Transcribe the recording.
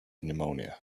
pneumonia